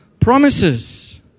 promises